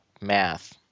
math